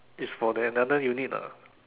it's for another unit lah